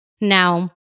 Now